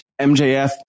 MJF